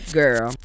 girl